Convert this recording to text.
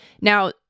Now